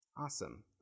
Awesome